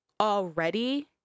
already